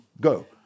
go